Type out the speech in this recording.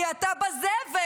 כי אתה בזבל,